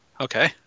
okay